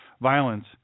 violence